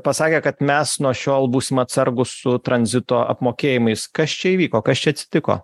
pasakė kad mes nuo šiol būsim atsargūs su tranzito apmokėjimais kas čia įvyko kas čia atsitiko